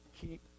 keep